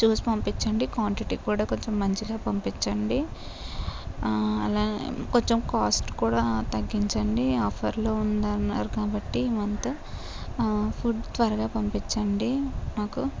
చూసి పంపించండి క్వాంటిటీ కూడా కొంచెం మంచిగా పంపించండి అలానే కొంచెం కాస్ట్ కూడా తగ్గించండి ఆఫర్లో ఉందన్నారు కాబట్టి ఈ మంత్ ఫుడ్ త్వరగా పంపించండి మాకు